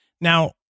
Now